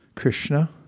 Krishna